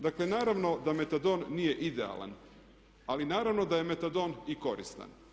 Dakle, naravno da metadon nije idealan, ali naravno da je metadon i koristan.